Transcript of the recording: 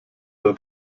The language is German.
der